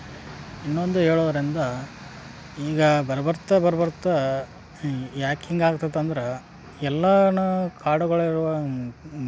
ಮತ್ತು ಅವ್ದು ಏನಾರ ಕ ದೊಡ್ಡ ದೊಡ್ಡ ಫಂಕ್ಷನ್ ಇದಂದ್ರೆ ದೊಡ್ಡ ದೊಡ್ಡದು ಡಬುರಿ ಬೋಗೊಣಿ ಪರಾತ್